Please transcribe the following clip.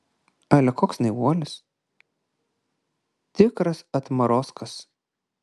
ale koks naivuolis tikras atmarozkas